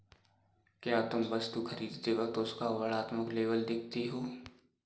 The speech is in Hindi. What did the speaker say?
क्या तुम वस्तु खरीदते वक्त उसका वर्णात्मक लेबल देखते हो?